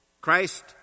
Christ